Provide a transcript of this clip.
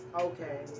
okay